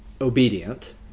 obedient